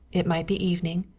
it might be evening,